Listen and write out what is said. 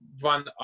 one